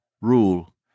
rule